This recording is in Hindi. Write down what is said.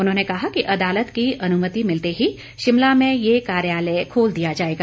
उन्होंने कहा कि अदालत की अनुमति मिलते ही शिमला में यह कार्यालय खोल दिया जाएगा